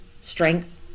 strength